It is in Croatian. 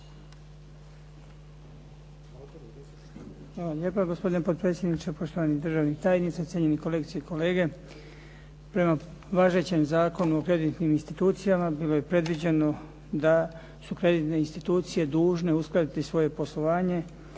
lijepa. Gospodine potpredsjedniče, poštovani državni tajniče, cijenjeni kolegice i kolege. Prema važećem Zakonu o kreditnim institucijama bilo je predviđeno da su kreditne institucije dužne uskladiti svoje poslovanje